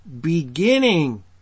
beginning